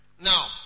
now